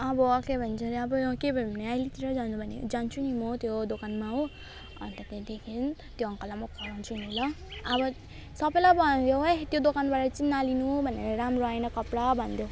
अब के भन्छ अरे अब केही भयो भने अहिले त्यता जानु भने जान्छु नि म त्यो दोकानमा हो अनि त त्यहाँदेखिन् त्यो अङ्कललाई म कराउँछु नि ल अब सबैलाई भनिदेऊ है त्यो दोकानबाट चाहिँ नलिनु भनेर राम्रो आएन कपडा भनिदेऊ